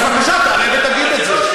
אז בבקשה, תעלה ותגיד את זה.